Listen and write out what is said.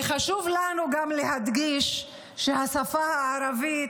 וחשוב לנו גם להדגיש שהשפה הערבית